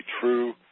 true